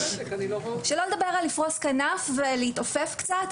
שלא נדבר על לפרוס כנף ולהתעופף קצת.